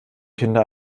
kinder